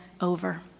over